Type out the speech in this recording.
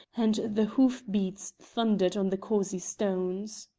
and the hoof-beats thundered on the causey-stones.